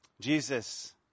Jesus